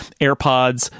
AirPods